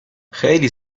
خیلی